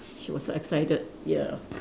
she was so excited ya